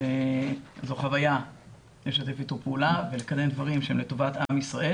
שזו חוויה לשתף איתו פעולה ולקדם דברים שהם לטובת עם ישראל,